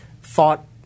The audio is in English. thought